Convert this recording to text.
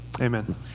Amen